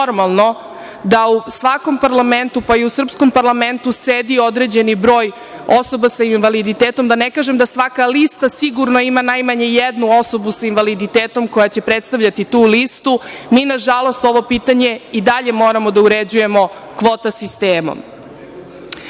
normalno da u svakom parlamentu, pa i u srpskom parlamentu sedi određeni broj osoba sa invaliditetom, da ne kažem da svaka lista sigurno ima najmanje jednu osobu sa invaliditetom koja će predstavljati tu listu. Mi, nažalost, ovo pitanje i dalje moramo da uređujemo kvota sistemom. Nadam